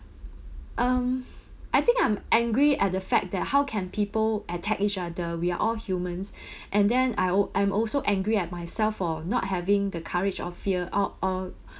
um I think I'm angry at the fact that how can people attack each other we are all humans and then I al~ I'm also angry at myself for not having the courage or fear or or